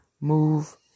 move